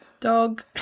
Dog